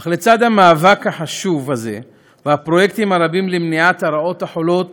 אך לצד המאבק החשוב הזה והפרויקטים הרבים למניעת הרעות החולות